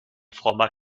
frommer